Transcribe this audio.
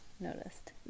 noticed